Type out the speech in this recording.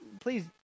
please